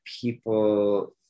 people